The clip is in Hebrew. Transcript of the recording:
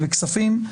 ובכספים.